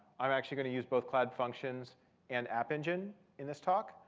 i'm actually going to use both cloud functions and app engine in this talk,